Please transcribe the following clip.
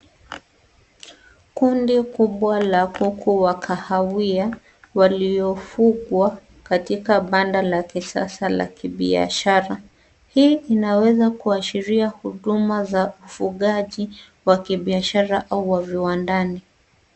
Kundi kubwa la kuku wa kahawia waliofugwa katika banda la kisasa la kibiashara. Hii inaweza kuashiria huduma za ufugaji wa kibiashara au wa viwandani.